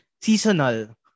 Seasonal